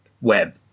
web